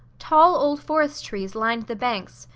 tall old forest trees lined the banks,